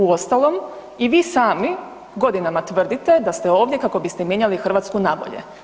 Uostalom i vi sami godinama tvrdite da ste ovdje kako biste mijenjali Hrvatsku nabolje.